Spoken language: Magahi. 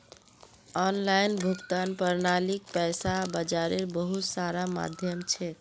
ऑनलाइन भुगतान प्रणालीक पैसा बाजारेर बहुत सारा माध्यम छेक